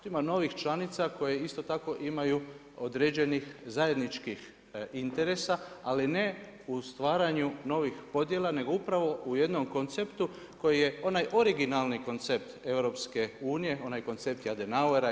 Ima novih članice koje isto tako imaju određenih zajedničkih interesa, ali ne u stvaranju novih podjela nego upravo u jednom konceptu koji je onaj originalni koncept EU onaj koncept Adenauera i